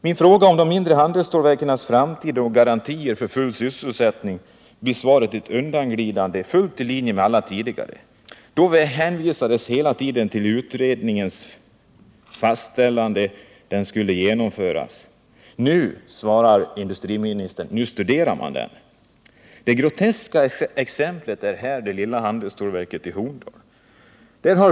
Min fråga om de mindre handelsstålverkens framtid och om garantier för full sysselsättning besvaras undanglidande — helt i linje med vad som varit fallet vid alla tidigare tillfällen då denna fråga diskuterats. Man har hela tiden hänvisat till den pågående utredningen. Nu svarar industriministern att man studerar utredningen. Ett groteskt exempel bjuder här handelsstålverket i Horndal.